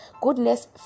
goodness